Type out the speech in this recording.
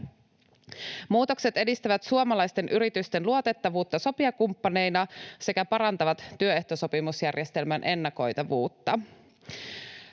Muutokset edistävät suomalaisten yritysten luotettavuutta sopijakumppaneina sekä parantavat työehtosopimusjärjestelmän ennakoitavuutta.